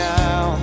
now